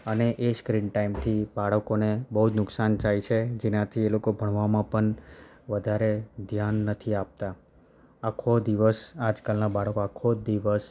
અને એ સ્ક્રીન ટાઈમથી બાળકોને બહુ જ નુકસાન જાય છે જેનાથી એ લોકો ભણવામાં પણ વધારે ધ્યાન નથી આપતા આખો દિવસ આજકાલના બાળકો આખો દિવસ